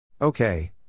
Okay